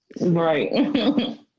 Right